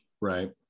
right